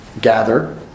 gather